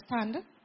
understand